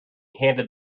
handed